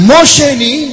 Mosheni